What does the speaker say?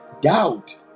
Doubt